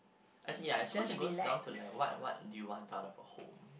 as in ya I suppose goes down to like what what do you want out of a home